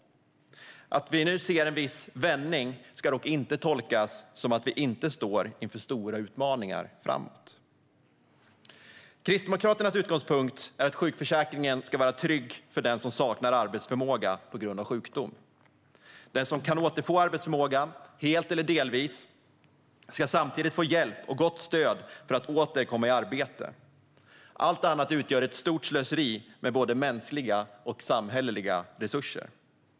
Att vi nu ser en viss vändning ska dock inte tolkas som att vi inte står inför stora utmaningar framöver. Kristdemokraternas utgångspunkt är att sjukförsäkringen ska vara trygg för den som saknar arbetsförmåga på grund av sjukdom. Den som kan återfå arbetsförmågan helt eller delvis ska samtidigt få hjälp och gott stöd för att åter komma i arbete. Allt annat utgör ett stort slöseri med både mänskliga och samhälleliga resurser.